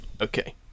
Okay